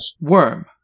Worm